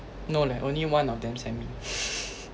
no leh only one of them send me